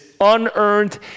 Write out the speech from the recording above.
unearned